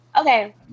okay